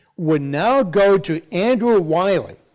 would now go to andrew ah wylie,